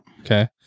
Okay